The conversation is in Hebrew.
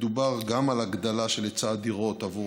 מדובר גם על הגדלה של היצע הדירות עבור